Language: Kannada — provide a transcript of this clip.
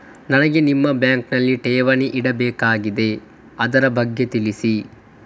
ನನಗೆ ನಿಮ್ಮ ಬ್ಯಾಂಕಿನಲ್ಲಿ ಠೇವಣಿ ಇಡಬೇಕಾಗಿದೆ, ಅದರ ಬಗ್ಗೆ ತಿಳಿಸಿ